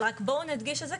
אבל רק בואו נדגיש את זה,